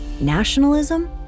nationalism